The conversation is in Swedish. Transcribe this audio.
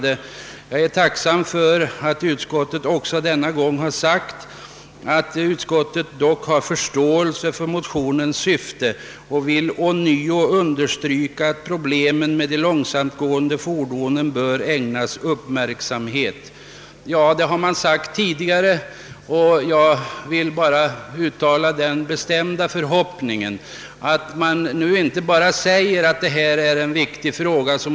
Jag är emellertid tacksam för att utskottet även denna gång har sagt att utskottet dock har »förståelse för motionens syfte och vill ånyo understryka att problemen med de långsamtgående fordonen bör ägnas uppmärksamhet». Detta har sagts tidigare och jag vill nu endast uttala den förhoppningen att någon tar initiativ till att verkligen lösa detta viktiga problem.